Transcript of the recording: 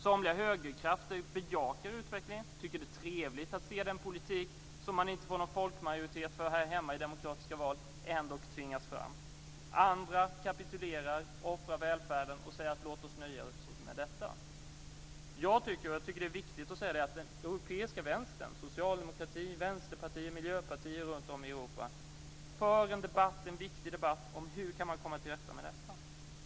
Somliga högerkrafter bejakar utvecklingen och tycker att det är trevligt att se den politik som man inte får någon folkmajoritet för här hemma i demokratiska val ändock tvingas fram. Andra kapitulerar, offrar välfärden och säger: Låt oss nöja oss med detta. Det är viktigt att säga att den europeiska vänstern - socialdemokratier, vänsterpartier och miljöpartier runtom i Europa - för en viktig debatt om hur man kan komma till rätta med detta.